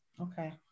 Okay